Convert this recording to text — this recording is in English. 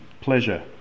pleasure